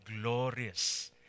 glorious